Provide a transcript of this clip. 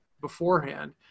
beforehand